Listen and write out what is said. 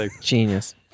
Genius